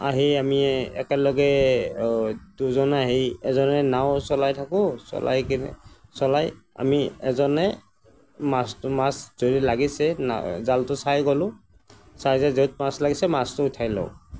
আহি আমি একেলগে দুজন আহি এজনে নাওঁ চলাই থাকোঁ চলাই কিনে চলাই আমি এজনে মাছটো মাছ যদি লাগিছে জালটো চাই গলোঁ চাই য'ত মাছ লাগিছে মাছটো উঠাই লওঁ